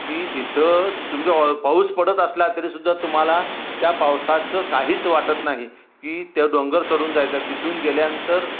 की तिथं तुम्ही ऑ पाऊस पडत असला तरीसुद्धा तुम्हाला त्या पावसाचं काहीच वाटत नाही की ते डोंगर चढून जायचं आहे तिथून गेल्यानंतर